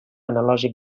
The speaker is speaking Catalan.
analògic